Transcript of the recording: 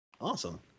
awesome